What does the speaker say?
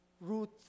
root